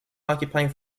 occupying